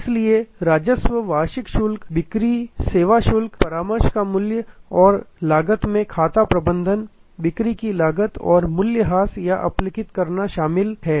इसलिए राजस्व वार्षिक शुल्क बिक्री सेवा शुल्क परामर्श का मूल्य और लागत में खाता प्रबंधन बिक्री की लागत और मूल्य हास या अपलिखित करना सम्मिलित है